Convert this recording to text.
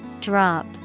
Drop